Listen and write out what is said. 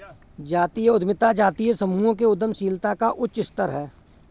जातीय उद्यमिता जातीय समूहों के उद्यमशीलता का उच्च स्तर है